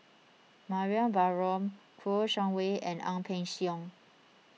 Mariam Baharom Kouo Shang Wei and Ang Peng Siong